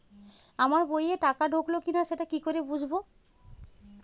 আমার বইয়ে টাকা ঢুকলো কি না সেটা কি করে বুঝবো?